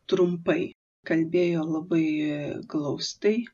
trumpai kalbėjo labai glaustai